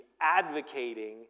advocating